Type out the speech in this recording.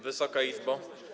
Wysoka Izbo!